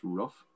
rough